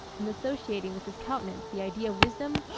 and associating with his countenance the idea of wisdom,